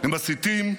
הם מסיתים,